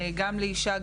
גם לאישה,